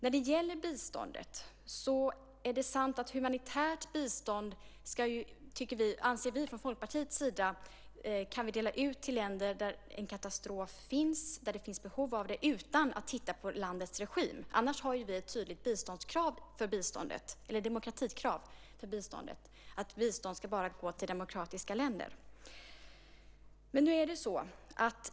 Vi anser från Folkpartiets sida att vi kan dela ut humanitärt bistånd till länder där en katastrof inträffat, där det finns behov av det, utan att titta på landets regim. Annars har vi ett tydligt demokratikrav för biståndet, att bistånd bara ska gå till demokratiska länder.